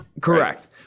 Correct